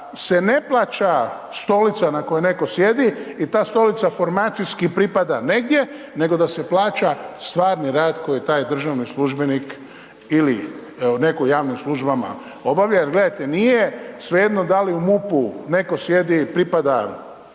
se ne plaća stolica na kojoj neko sjedi i ta formacijski pripada negdje, nego da se plaća stvari rad koji taj državni službenik ili u nekim javnim službama obavlja jer gledajte da li u MUP-u netko sjedi pripada